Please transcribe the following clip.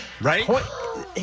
Right